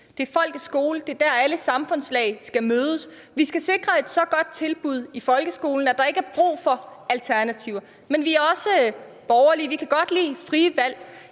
Det er folkets skole, det er der, alle samfundslag skal mødes, og vi skal sikre et så godt tilbud i folkeskolen, at der ikke er brug for alternativer. Men vi er også borgerlige, og vi kan godt lide frie valg.